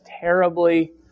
terribly